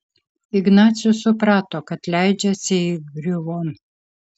ignacius suprato kad leidžiasi įgriuvon